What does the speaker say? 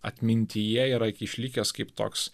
atmintyje yra išlikęs kaip toks